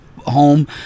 Home